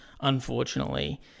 unfortunately